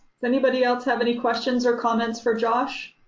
does anybody else have any questions or comments for josh?